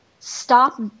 Stop